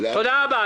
תודה רבה.